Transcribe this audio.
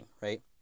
right